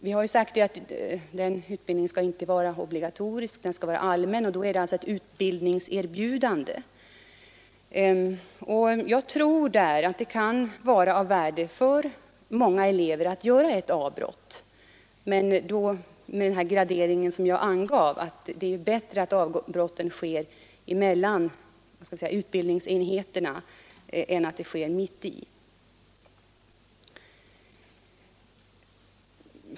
Vi har sagt att den utbildningen inte skall vara obligatorisk utan allmän, dvs. det är fråga om ett utbildningserbjudande. Jag tror att det kan vara av värde för många elever att göra ett avbrott. Det är då — med den gradering jag angav — bättre att avbrottet sker mellan utbildningsenheterna än att det görs mitt i en utbildningsenhet.